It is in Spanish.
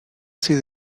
sido